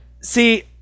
See